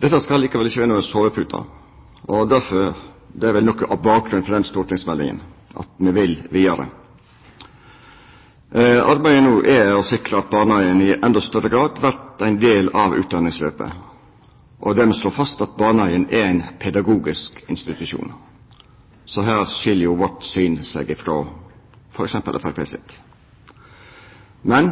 Dette skal likevel ikkje vera noko sovepute. Det er vel noko av bakgrunnen for denne stortingsmeldinga at me vil vidare. Arbeidet no er å sikra at barnehagen i endå større grad vert ein del av utdanningsløpet, og dermed slå fast at barnehagen er ein pedagogisk institusjon. Her skil jo vårt syn seg frå f.eks. Framstegspartiet sitt. Men